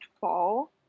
fall